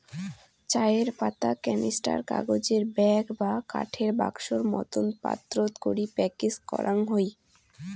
চায়ের পাতা ক্যানিস্টার, কাগজের ব্যাগ বা কাঠের বাক্সোর মতন পাত্রত করি প্যাকেজ করাং হই